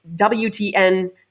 WTN